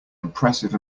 impressive